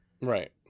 right